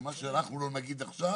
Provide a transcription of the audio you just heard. שמה שאנחנו לא נגיד עכשיו